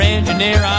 Engineer